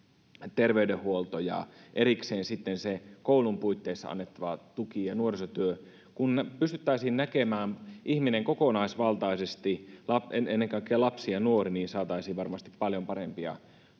terveydenhuolto ja erikseen se koulun puitteissa annettava tuki ja nuorisotyö kun pystyttäisiin näkemään ihminen kokonaisvaltaisesti ennen kaikkea lapsi ja nuori niin saataisiin varmasti paljon parempia